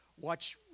Watch